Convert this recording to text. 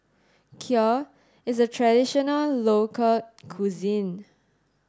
Kheer is a traditional local cuisine